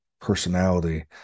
personality